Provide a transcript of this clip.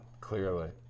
Clearly